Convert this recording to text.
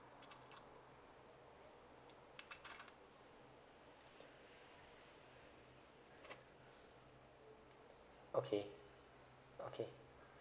okay okay